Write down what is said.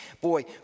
Boy